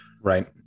right